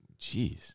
Jeez